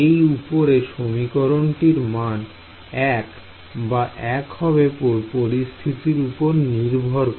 এই উপরে সমীকরণটির মান 1 বা 1 হবে পরিস্থিতির উপর নির্ভর করে